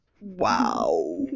Wow